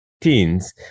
teens